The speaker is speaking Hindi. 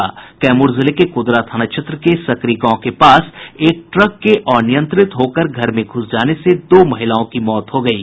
कैमूर जिले के कूदरा थाना क्षेत्र के सकरी गांव के पास एक ट्रक के अनियंत्रित होकर घर में घुस जाने से दो महिलाओं की मौत हो गयी